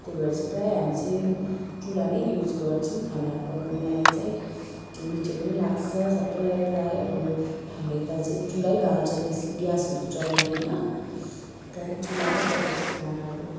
त्यही भएर चाहिँ प्रायः हामी चाहिँ चुल्हा नै युज गर्छौँ खानाहरू पकाउनु लागि चाहिँ मिठो पनि लाग्छ सबलाई प्रायः अब हाम्रो यता चाहिँ चुल्है बाल्छ बेसी ग्यासहरू चलाउँदैन प्रायः चुल्हामै पकाउँछ खानाहरू